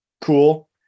Cool